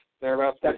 Thereabouts